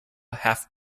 half